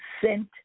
sent